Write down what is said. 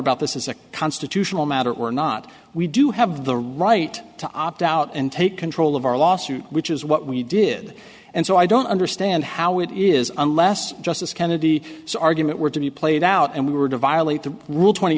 about this is a constitutional matter or not we do have the right to opt out and take control of our lawsuit which is what we did and so i don't understand how it is unless justice kennedy argument were to be played out and we were to violate the rule twenty